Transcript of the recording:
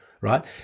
right